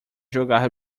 jogar